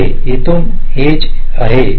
येथून एज आहे